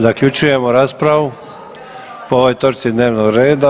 Zaključujemo raspravu po ovoj točci dnevnog reda.